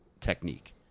technique